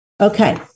Okay